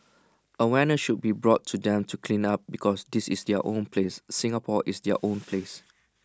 awareness should be brought to them to clean up because this is their own place Singapore is their own place